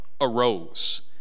arose